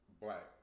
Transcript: black